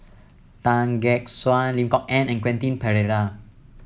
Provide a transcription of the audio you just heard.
Tan Gek Suan Lim Kok Ann and Quentin Pereira